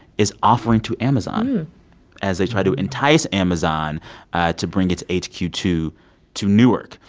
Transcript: is offering to amazon as they try to entice amazon to bring its h q two to newark.